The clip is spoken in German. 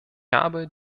habe